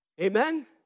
Amen